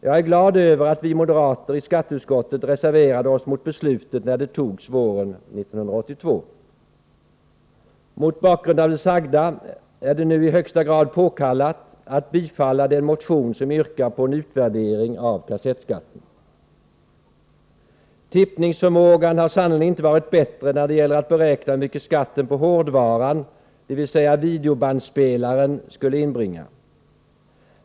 Jag är glad över att vi moderater i skatteutskottet reserverade oss mot beslutet när det togs våren 1982. Mot bakgrund av det sagda finner jag det i högsta grad påkallat att nu bifalla den motion som yrkar på en utvärdering av kassettskatten. Tippningsförmågan har sannerligen inte varit bättre när det gällt att beräkna hur mycket skatten på hårdvaran, dvs. videobandspelarna, skulle inbringa.